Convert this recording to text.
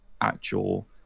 actual